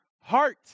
heart